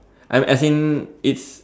I'm as in it's